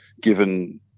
given